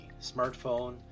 smartphone